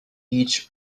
each